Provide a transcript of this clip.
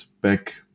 back